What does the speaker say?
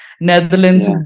Netherlands